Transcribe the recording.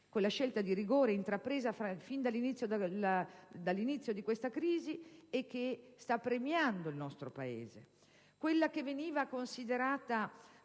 quella scelta di rigore intrapresa fin dall'inizio della crisi e che sta premiando il nostro Paese; quella che veniva considerata